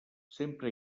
sempre